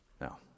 Now